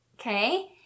okay